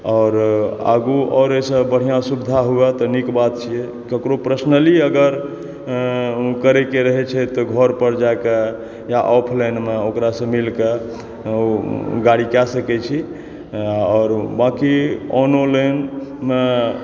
आओर आगू आओर एहिसॅं बढ़िऑं सुविधा हुए तऽ नीक बात छियै केकरो पर्सनली अगर करय के रहै छै तऽ घर पर जाके या ऑफ़्लाइन मे ओकरा सॅं मिलके गाड़ी कए सकै छै आओर बाक़ी ऑनोलाइनमे